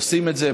עושים את זה,